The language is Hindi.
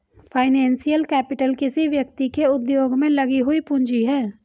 फाइनेंशियल कैपिटल किसी व्यक्ति के उद्योग में लगी हुई पूंजी है